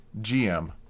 GM